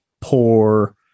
poor